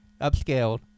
Upscaled